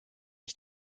ich